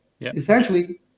Essentially